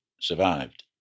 survived